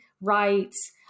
rights